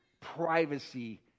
privacy